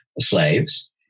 slaves